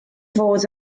fod